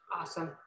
Awesome